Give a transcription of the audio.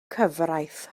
cyfraith